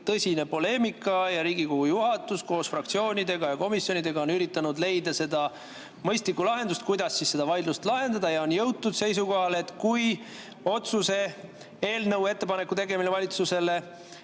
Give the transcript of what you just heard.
tõsine poleemika ja Riigikogu juhatus koos fraktsioonide ja komisjonidega on üritanud leida mõistlikku lahendust, kuidas seda vaidlust lahendada. On jõutud seisukohale, et kui otsuse "Ettepaneku tegemine Vabariigi